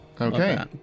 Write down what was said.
Okay